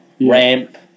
ramp